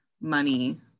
money